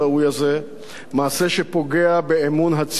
מעשה שפוגע באמון הציבור בנבחריו